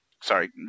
sorry